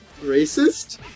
racist